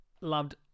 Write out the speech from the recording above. loved